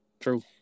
True